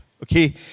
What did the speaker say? Okay